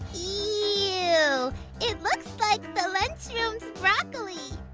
ew, it looks like the lunch room's broccoli!